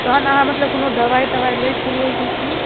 तहन अहाँ मतलब कोनो दबाइ तबाइ लै छलिए की की